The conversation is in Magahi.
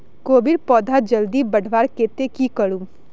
कोबीर पौधा जल्दी बढ़वार केते की करूम?